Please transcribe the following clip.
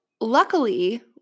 luckily